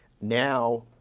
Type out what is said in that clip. Now